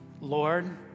Lord